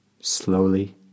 Slowly